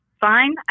fine